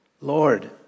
Lord